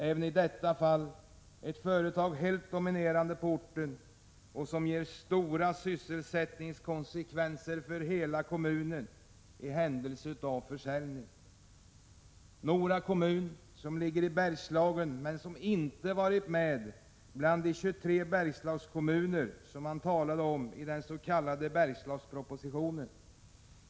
Även i detta fall är det ett företag som är helt dominerande på orten, och en eventuell försäljning ger stora sysselsättningskonsekvenser för hela kommunen. Nora kommun ligger i Bergslagen men har inte varit med bland de 23 Bergslagskommuner som man talat om i den s.k. Bergslagspropositionen.